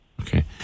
Okay